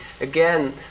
again